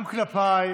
גם כלפיי,